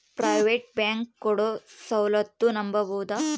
Private bank ಕೊಡೊ ಸೌಲತ್ತು ನಂಬಬೋದ?